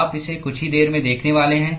आप इसे कुछ ही देर में देखने वाले हैं